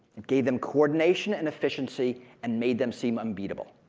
it gave them coordination and efficiency and made them seem unbeatable.